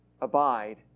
Abide